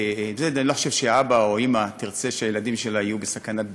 לא חושב שאבא או אימא ירצו שהילדים שלהם יהיו בסכנת בטיחות.